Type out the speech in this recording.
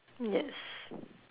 yes